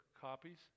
copies